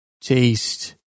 taste